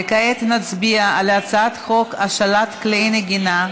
כעת נצביע על הצעת חוק השאלת כלי נגינה,